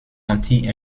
anti